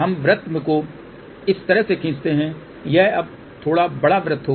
हम वृत्त को इस तरह से खींचते हैं यह अब थोड़ा बड़ा वृत्त होगा